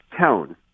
tone